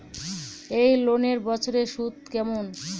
এই লোনের বছরে সুদ কেমন?